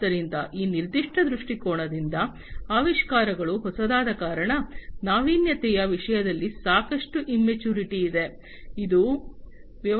ಆದ್ದರಿಂದ ಆ ನಿರ್ದಿಷ್ಟ ದೃಷ್ಟಿಕೋನದಿಂದ ಆವಿಷ್ಕಾರಗಳು ಹೊಸದಾದ ಕಾರಣ ನಾವೀನ್ಯತೆಯ ವಿಷಯದಲ್ಲಿ ಸಾಕಷ್ಟು ಇಮ್ಮೆಚುರಿಟಿ ಇದೆ ಅದನ್ನು ವ್ಯವಹಾರಗಳಲ್ಲಿ ವ್ಯವಹರಿಸಬೇಕಾಗಿದೆ